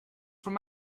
from